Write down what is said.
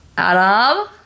Adam